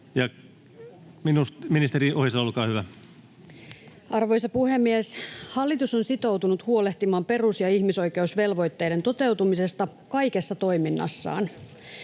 Time: 14:02 Content: [Arvoisa puhemies! Hallitus on sitoutunut huolehtimaan perus- ja ihmisoikeusvelvoitteiden toteutumisesta kaikessa toiminnassaan.